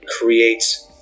creates